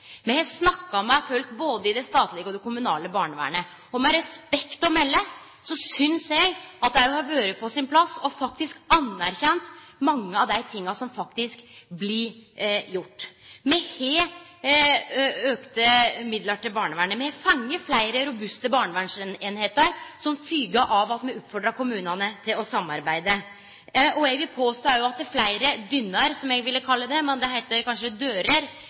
Me har snakka med folk både i det statlege og det kommunale barnevernet. Med respekt å melde synest eg at det òg hadde vore på sin plass faktisk å anerkjenne mange av dei tinga som faktisk blir gjorde. Me har auka midlane til barnevernet. Me har fått fleire robuste barnevernseiningar som følgje av at me oppfordra kommunane til å samarbeide. Eg vil òg påstå at fleire dører blir slegne opp i denne saka her i dag. For fleire av dei forslaga som